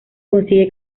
consigue